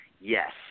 yes